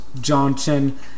Johnson